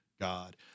God